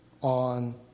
on